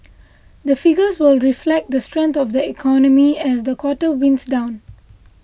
the figures will reflect the strength of the economy as the quarter winds down